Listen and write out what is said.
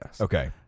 okay